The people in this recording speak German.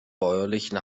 bäuerlichen